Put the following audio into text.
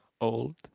old